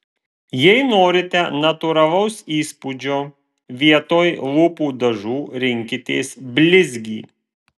jei norite natūralaus įspūdžio vietoj lūpų dažų rinkitės blizgį